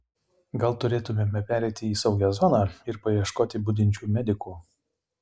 gal turėtumėme pereiti į saugią zoną ir paieškoti budinčių medikų